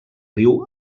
riu